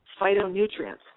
phytonutrients